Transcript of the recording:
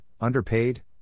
underpaid